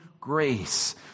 grace